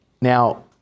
Now